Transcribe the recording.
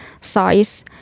size